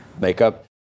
makeup